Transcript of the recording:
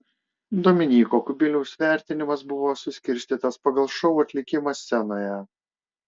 dominyko kubiliaus vertinimas buvo suskirstytas pagal šou atlikimą scenoje